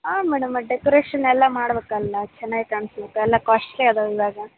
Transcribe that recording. ಹಾಂ ಮೇಡಮ್ ಅದು ಡೆಕೋರೇಷನ್ ಎಲ್ಲ ಮಾಡ್ಬೇಕಲ್ಲ ಚೆನ್ನಾಗಿ ಕಾಣ್ಸೋದಕ್ಕೆ ಅಲ್ಲ ಕಾಸ್ಟ್ಲಿ ಇದಾವ್ ಇವಾಗ